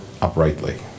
uprightly